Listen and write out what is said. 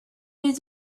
did